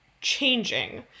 changing